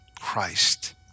Christ